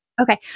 Okay